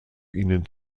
ihnen